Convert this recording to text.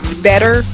Better